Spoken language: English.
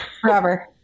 Forever